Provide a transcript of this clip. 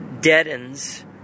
deadens